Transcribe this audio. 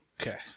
Okay